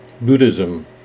Buddhism